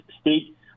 State